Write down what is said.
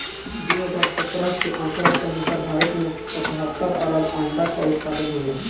दू हज़ार सत्रह के आंकड़ा के अनुसार भारत में पचहत्तर अरब अंडा कअ उत्पादन होला